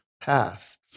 path